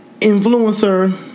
Influencer